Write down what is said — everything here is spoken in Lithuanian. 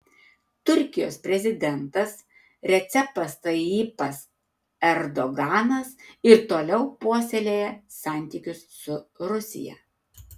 turkijos prezidentas recepas tayyipas erdoganas ir toliau puoselėja santykius su rusija